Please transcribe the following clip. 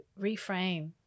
reframe